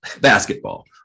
basketball